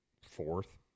fourth